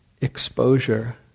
exposure